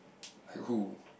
who